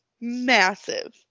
Massive